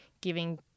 giving